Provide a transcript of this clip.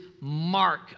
mark